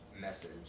message